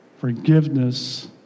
forgiveness